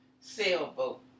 sailboat